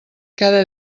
cada